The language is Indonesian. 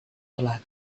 telah